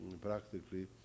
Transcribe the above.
practically